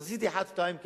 אז עשיתי אחת, שתיים כאלה.